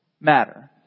matter